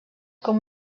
com